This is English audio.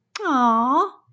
Aw